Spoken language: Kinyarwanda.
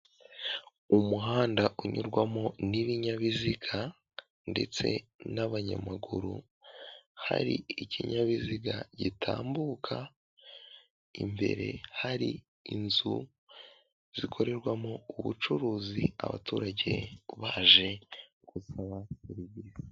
Umuhanda unyurwamo n'ibinyabiziga ndetse n'abanyamaguru hari ikinyabiziga gitambuka imbere hari inzu zikorerwamo ubucuruzi abaturage baje gusaba serivisi.